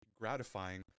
gratifying